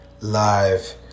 live